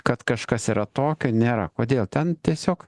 kad kažkas yra tokio nėra kodėl ten tiesiog